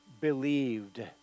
believed